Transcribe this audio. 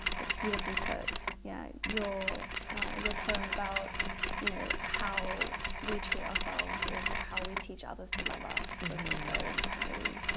that's beautifully put yeah your your poem about you know how we treat ourselves is how we teach others to love us was also really,